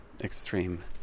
extreme